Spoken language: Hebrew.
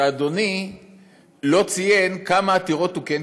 שאדוני לא ציין כמה עתירות הוא כן קיבל.